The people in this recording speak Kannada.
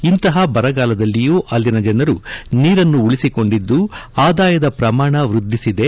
ಇಂತಹ ಬರಗಾಲದಲ್ಲಿಯೂ ಅಲ್ಲಿನ ಜನರು ನೀರನ್ನು ಉಳಿಸಿಕೊಂಡಿದ್ದು ಆದಾಯದ ಪ್ರಮಾಣ ವ್ಯದ್ಲಿಸಿದೆ